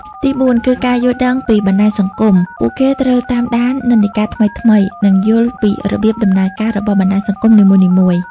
ទីបួនគឺ ការយល់ដឹងពីបណ្តាញសង្គម។ ពួកគេត្រូវតាមដាននិន្នាការថ្មីៗ និងយល់ពីរបៀបដំណើរការរបស់បណ្តាញសង្គមនីមួយៗ។